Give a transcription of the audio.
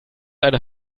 einer